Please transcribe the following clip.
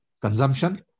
consumption